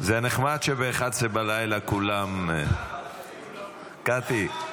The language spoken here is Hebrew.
זה נחמד שב-23:00 כולם, קטי,